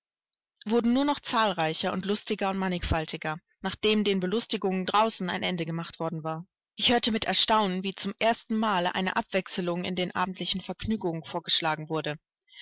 wurden nur noch zahlreicher und lustiger und mannigfaltiger nachdem den belustigungen draußen ein ende gemacht worden war ich hörte mit erstaunen wie zum erstenmal eine abwechselung in den abendlichen vergnügungen vorgeschlagen wurde